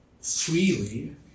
freely